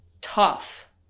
Tough